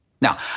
Now